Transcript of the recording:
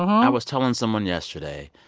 i was telling someone yesterday.